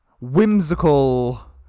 whimsical